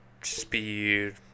speed